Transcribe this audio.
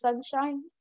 sunshine